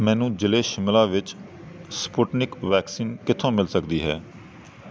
ਮੈਨੂੰ ਜ਼ਿਲ੍ਹੇ ਸ਼ਿਮਲਾ ਵਿੱਚ ਸਪੁਟਨਿਕ ਵੈਕਸੀਨ ਕਿੱਥੋਂ ਮਿਲ ਸਕਦੀ ਹੈ